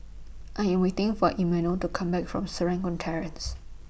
I Am waiting For Emanuel to Come Back from Serangoon Terrace